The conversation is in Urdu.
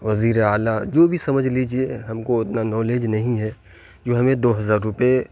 وزیراعلیٰ جو بھی سمجھ لیجیے ہم کو اتنا نالج نہیں ہے جو ہمیں دو ہزار روپئے